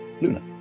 Luna